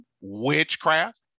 witchcraft